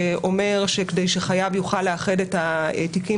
שאומר שכדי שחייב יוכל לאחד את התיקים